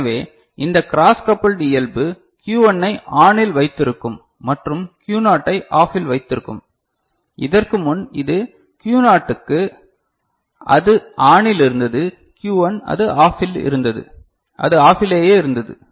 எனவே இந்த cross coupled இயல்பு Q1 ஐ ON இல் வைத்திருக்கும் மற்றும் Q னாட் ஐ ஆஃப்பில் வைத்திருக்கும் இதற்கு முன் இது Q னாட்க்கு அது ஆனில் இருந்தது Q1 அது ஆஃபில் இருந்தது அது ஆஃபிலலேயே இருந்தது